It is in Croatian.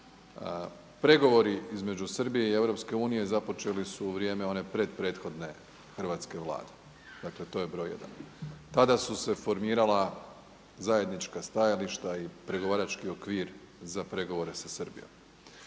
pregovori između Srbije i EU započeli su u vrijeme one pred prethodne hrvatske Vlade. Dakle, to je broj jedan. Tada su se formirala zajednička stajališta i pregovarački okvir za pregovore sa Srbijom.